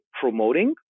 promoting